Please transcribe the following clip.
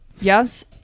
yes